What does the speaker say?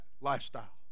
lifestyle